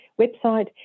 website